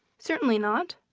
certainly not!